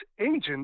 agent